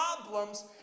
problems